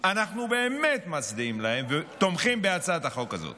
אנחנו באמת מצדיעים להם ותומכים בהצעת החוק הזאת.